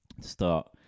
Start